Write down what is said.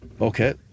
Okay